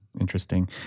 interesting